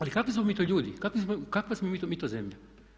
Ali kakvi smo mi to ljudi, kakva smo mi to zemlja.